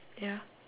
ya